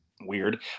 weird